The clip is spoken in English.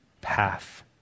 path